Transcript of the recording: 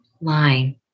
line